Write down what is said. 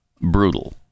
Brutal